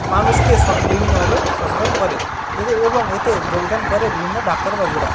মানুষকে স বিভিন্নভাবে সচেতন করে এদের এবং এতে যোগদান করে বিভিন্ন ডাক্তারবাবুরা